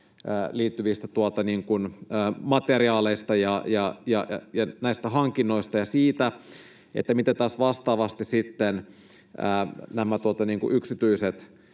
liittyvistä materiaaleista ja näistä hankinnoista ja siitä, miten taas vastaavasti sitten nämä yksityiset